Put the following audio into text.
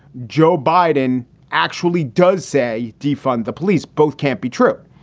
joe biden actually does say defund the police. both can't be true.